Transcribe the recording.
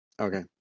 Okay